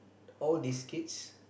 all this kids